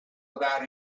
about